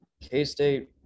K-State